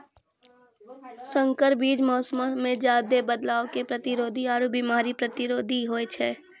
संकर बीज मौसमो मे ज्यादे बदलाव के प्रतिरोधी आरु बिमारी प्रतिरोधी होय छै